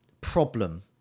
problem